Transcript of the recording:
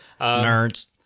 Nerds